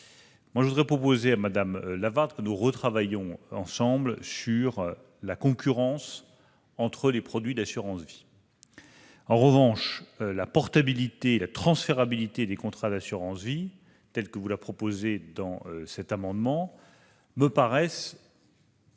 Lavarde, je propose que nous retravaillions ensemble sur la concurrence entre les produits d'assurance vie. En revanche, la portabilité et la transférabilité des contrats d'assurance vie, telles que vous les proposez dans cet amendement, me paraissent